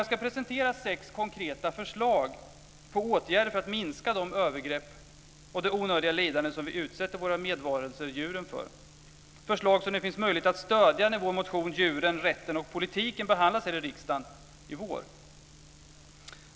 Jag ska presentera sex konkreta förslag till åtgärder för att minska de övergrepp och det onödiga lidande som vi utsätter våra medvarelser djuren för, förslag som det finns möjlighet att stödja när vår motion Djuren, rätten och politiken behandlas här i riksdagen i vår.